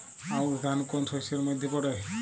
আউশ ধান কোন শস্যের মধ্যে পড়ে?